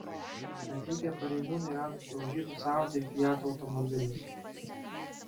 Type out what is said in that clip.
atvykę pareigūnai rado sudaužytus audi ir fiat automobilius